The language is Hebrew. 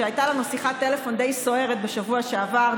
שהייתה לנו שיחת טלפון די סוערת בשבוע שעבר,